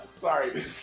Sorry